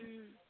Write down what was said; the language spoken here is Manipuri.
ꯎꯝ